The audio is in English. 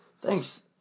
Thanks